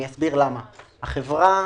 כי החברה,